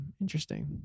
interesting